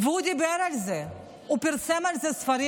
והוא דיבר על זה, הוא פרסם את זה ספרים